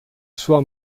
sua